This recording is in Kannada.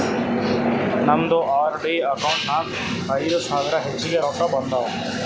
ನಮ್ದು ಆರ್.ಡಿ ಅಕೌಂಟ್ ನಾಗ್ ಐಯ್ದ ಸಾವಿರ ಹೆಚ್ಚಿಗೆ ರೊಕ್ಕಾ ಬಂದಾವ್